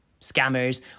Scammers